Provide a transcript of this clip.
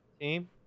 team